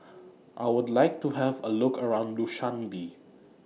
I Would like to Have A Look around Dushanbe